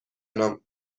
نام